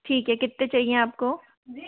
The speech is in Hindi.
ठीक है कितने चाहिए आपको